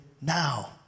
now